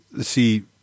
see